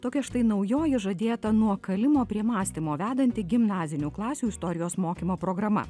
tokia štai naujoji žadėta nuo kalimo prie mąstymo vedanti gimnazinių klasių istorijos mokymo programa